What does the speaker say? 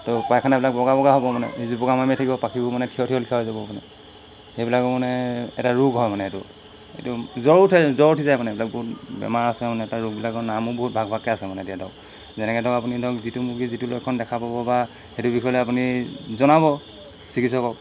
তো পায়খান এইবিলাক বগা বগা হ'ব ই জুপুকা মাৰি মাৰি থাকিব পাখিবোৰ মানে থিয় থিয়লেখীয়া হৈ যাব সেইবিলাকো মানে এটা ৰোগ হয় মানে এইটো এইটো জ্বৰো জ্বৰ উঠি যায় মানে এইবিলাক বহুত বেমাৰ আছে মানে তাৰ ৰোগবিলাকৰ নামো বহুত ভাগ ভাগে আছে মানে এতিয়া ধৰক যেনেকৈ ধৰক আপুনি ধৰক যিটো মুৰ্গী যিটো লক্ষণ দেখা পাব বা সেইটোৰ বিষয়ে লৈ আপুনি জনাব চিকিৎসকক